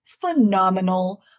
phenomenal